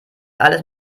alles